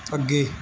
ਅੱਗੇ